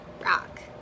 rock